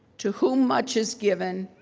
to whom much is given,